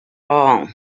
all